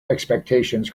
expectations